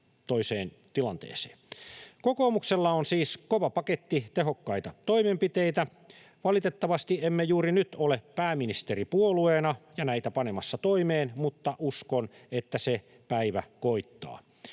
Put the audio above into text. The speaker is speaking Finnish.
Kokoomuksella on siis kova paketti tehokkaita toimenpiteitä. Valitettavasti emme juuri nyt ole pääministeripuolueena ja näitä panemassa toimeen, mutta uskon, että se päivä koittaa.